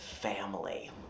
family